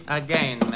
again